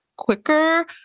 Quicker